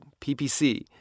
PPC